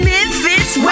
Memphis